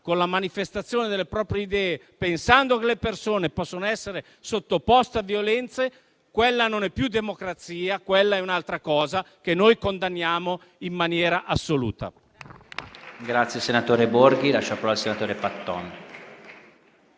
con la manifestazione delle proprie idee, pensando che le persone possano essere sottoposte a violenze, quella non è più democrazia, ma è un'altra cosa che noi condanniamo in maniera assoluta.